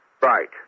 Right